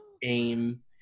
game